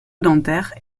dentaire